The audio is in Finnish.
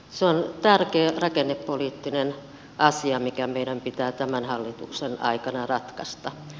se on tärkeä rakennepoliittinen asia mikä meidän pitää tämän hallituksen aikana ratkaista